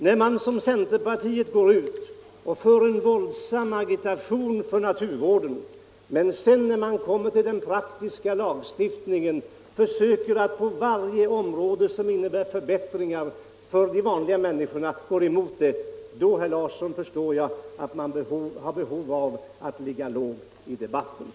När man som centerpartiet går ut och för en våldsam agitation för naturvården men sedan vid den prak — Ändringar i tiska lagstiftningen går emot varje förslag som innebär förbättringar för — naturvårdslagen vanliga människor, förstår jag att man har behov av att ligga lågt i de — och skogsvårdslabatten.